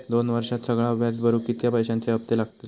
दोन वर्षात सगळा व्याज भरुक कितक्या पैश्यांचे हप्ते लागतले?